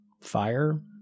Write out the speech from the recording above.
fire